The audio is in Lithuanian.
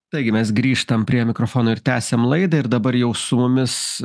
taigi mes grįžtam prie mikrofono ir tęsiam laidą ir dabar jau su mumis